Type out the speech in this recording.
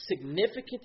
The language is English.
significant